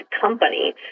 company